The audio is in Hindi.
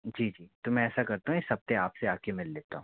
जी जी तो मैं ऐसा करता हूँ इस हफ़्ते आपसे आकर मिल लेता हूँ